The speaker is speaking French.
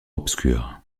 obscure